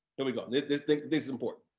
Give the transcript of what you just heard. here we go. this is important.